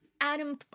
adam